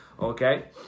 okay